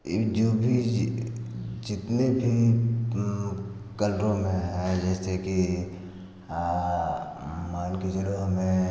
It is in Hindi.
ये जो भी जितने भी कलरों में है जैसे कि मान के चलो हमें